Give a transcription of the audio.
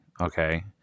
okay